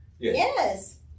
Yes